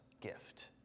gift